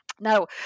Now